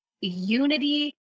unity